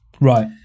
right